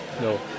no